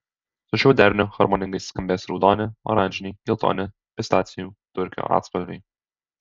su šiuo deriniu harmoningai skambės raudoni oranžiniai geltoni pistacijų turkio atspalviai